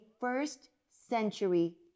first-century